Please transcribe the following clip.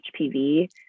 hpv